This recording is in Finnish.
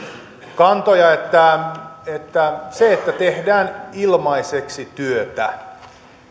kantoja että että se että tehdään ilmaiseksi työtä